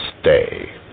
stay